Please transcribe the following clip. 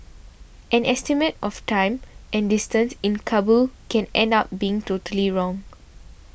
an estimate of time and distance in Kabul can end up being totally wrong